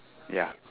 ya